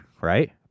right